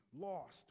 lost